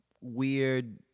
weird